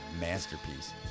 Masterpiece